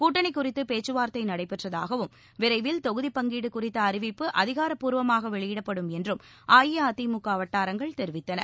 கூட்டணி குறித்து பேச்சுவாா்த்தை நடைபெற்றதாகவும் விரைவில் தொகுதி பங்கீடு குறித்த அறிவிப்பு அதிகாரப்பூர்வமாக வெளியிடப்படும் என்றும் அ இ அ தி மு க வட்டாரங்கள் தெரிவித்தன